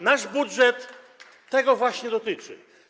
Nasz budżet tego właśnie dotyczy.